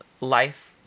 life